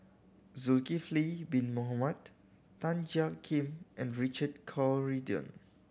Zulkifli Bin Mohamed Tan Jiak Kim and Richard Corridon